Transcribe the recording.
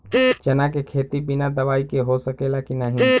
चना के खेती बिना दवाई के हो सकेला की नाही?